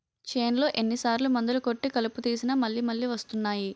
చేన్లో ఎన్ని సార్లు మందులు కొట్టి కలుపు తీసినా మళ్ళి మళ్ళి వస్తున్నాయి